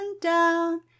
down